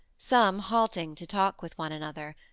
some halting to talk with one another,